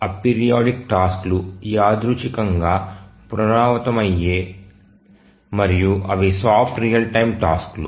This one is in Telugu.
అపిరియోడిక్ టాస్క్లు యాదృచ్ఛికంగా పునరావృతమవుతాయి మరియు అవి సాఫ్ట్ రియల్ టైమ్ టాస్క్లు